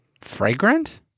Fragrant